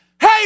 Hey